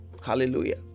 Hallelujah